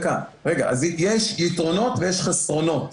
יש יתרונות ויש חסרונות.